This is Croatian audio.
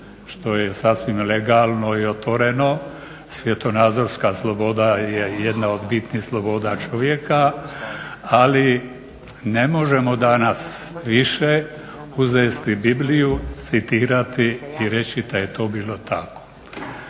što je sasvim legalno i otvoreno, svjetonazorska sloboda je jedna od bitnih sloboda čovjeka, ali ne možemo danas više uzeti Bibliju, citirati i reći da je to bilo tako.